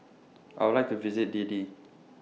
I Would like to visit Dili